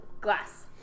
Glass